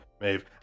Maeve